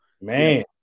Man